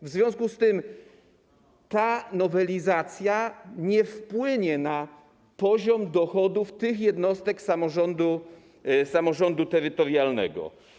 W związku z tym ta nowelizacja nie wpłynie na poziom dochodów tych jednostek samorządu terytorialnego.